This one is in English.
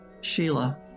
Sheila